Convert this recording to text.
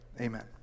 amen